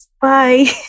bye